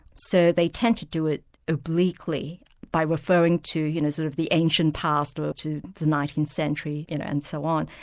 so they tend to do it obliquely by referring to you know sort of the ancient past or to the nineteenth century and so on.